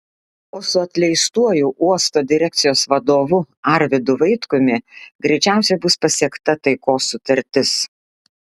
o su atleistuoju uosto direkcijos vadovu arvydu vaitkumi greičiausiai bus pasiekta taikos sutartis